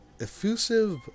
Effusive